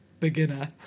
beginner